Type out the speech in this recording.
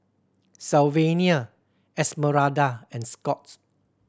Sylvania Esmeralda and Scott